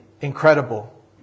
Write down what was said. incredible